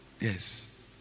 Yes